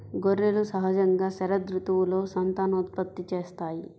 గొర్రెలు సహజంగా శరదృతువులో సంతానోత్పత్తి చేస్తాయి